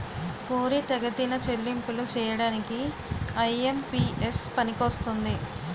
పోరితెగతిన చెల్లింపులు చేయడానికి ఐ.ఎం.పి.ఎస్ పనికొస్తుంది